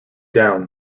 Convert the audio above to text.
down